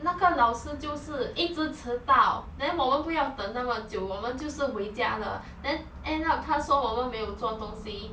那个老师就是一直迟到 then 我们不要等那么久我们就是回家了 then end up 他说我们没有做东西